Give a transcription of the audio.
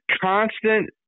constant